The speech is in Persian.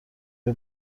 های